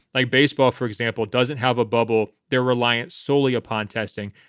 like baseball, for example, doesn't have a bubble, they're reliant solely upon testing.